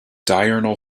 diurnal